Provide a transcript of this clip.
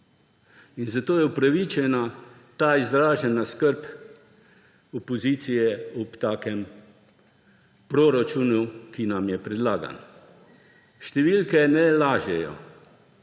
zato je upravičena skrb opozicije ob takem proračunu, ki nam je predlagan. Številke ne lažejo